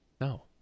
No